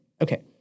Okay